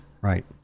Right